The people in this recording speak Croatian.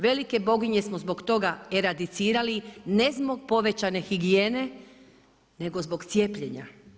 Velike boginje smo zbog toga eradicirali ne zbog povećane higijene nego zbog cijepljenja.